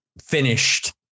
finished